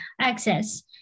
access